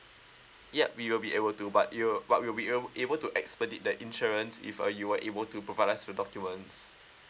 yup we will be able to but you'll but we will be able to expedite the insurance if uh you were able to provide us the documents